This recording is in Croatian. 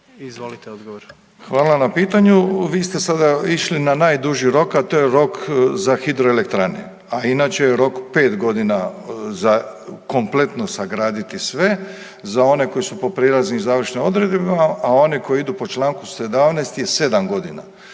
**Milatić, Ivo** Hvala na pitanju. Vi ste sada išli na najduži rok, a to je rok za hidroelektrane, a inače je rok 5.g. za kompletno sagraditi sve za one koji su po prijelaznim i završnim odredbama, a one koje idu po čl. 17. je 7.g., znači